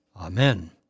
Amen